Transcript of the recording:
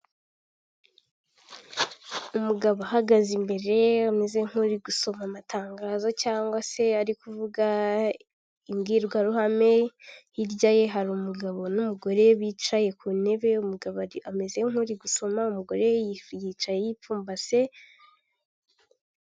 Umugabo ahagaze imbere ameze nk'uri gusoma amatangazo cyangwa se ari kuvuga imbwiruhame hirya ye hari umugabo n'umugore bicaye ku ntebe umugabo ameze nk'uri gusoma umugore yifu yicaye yipfumbase.